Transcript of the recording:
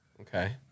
Okay